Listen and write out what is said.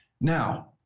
Now